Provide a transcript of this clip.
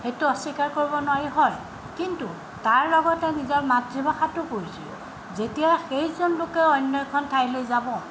সেইটো অস্বীকাৰ কৰিব নোৱাৰি হয় কিন্তু তাৰ লগতে নিজৰ মাতৃভাষাটো পঢ়িছিলোঁ যেতিয়া সেইজন লোকে অন্য এখন ঠাইলৈ যাব